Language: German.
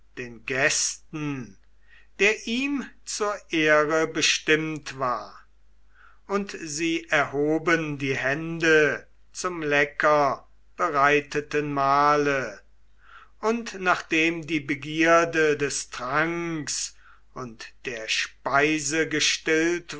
den gästen der ihm zur ehre bestimmt war und sie erhoben die hände zum lecker bereiteten mahle und nachdem die begierde des tranks und der speise